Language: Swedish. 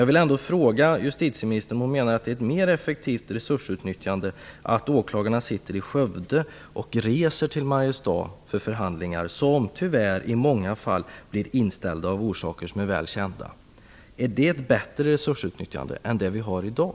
Jag vill ändå fråga justitieministern om hon menar att det är ett mer effektivt resursutnyttjande att åklagarna sitter i Skövde och reser till Mariestad för förhandlingar, som tyvärr i många fall blir inställa av orsaker som är väl kända. Är det ett bättre resursutnyttjande än det vi har i dag?